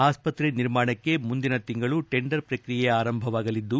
ಆಸ್ಪತ್ರೆ ನಿರ್ಮಾಣಕ್ಕೆ ಮುಂದಿನ ತಿಂಗಳು ಟೆಂಡರ್ ಪ್ರಕ್ರಿಯೆ ಆರಂಭವಾಗಲಿದ್ದು